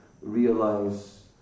realize